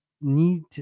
need